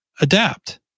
adapt